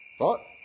right